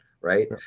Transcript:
right